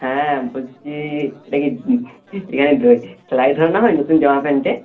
হ্যাঁ বলছি এটা কি এখানে ধরানো হয় নতুন জামা প্যান্টে